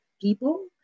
people